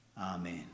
Amen